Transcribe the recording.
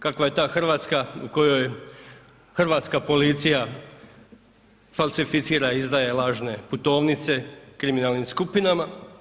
Kakva je ta Hrvatska u kojoj hrvatska policija falsificira i izdaje lažne putovnice kriminalnim skupinama?